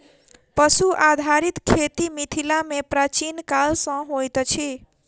पशु आधारित खेती मिथिला मे प्राचीन काल सॅ होइत अछि